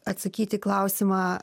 atsakyti klausimą